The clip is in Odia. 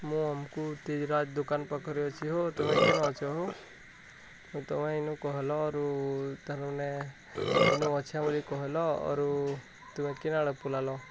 ମୁଁ ଅମ୍କୁ ତେଜରାତି ଦୋକାନ ପାଖରେ ଅଛି ହୋ ତମେ କେନ୍ ଅଛ ହୋ ତମେ ଏଇନୁ କହିଲରୁ ତାରୁ ନେ ଇନୁ ଅଛେ ବୋଲେ କହିଲ ଆରୁ ତୁମେ କିନାଳ ପଲେଲ